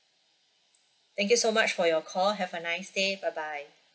thank you so much for your call have a nice day bye bye